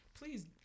please